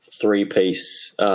three-piece